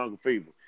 Fever